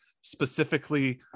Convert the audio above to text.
specifically